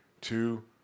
two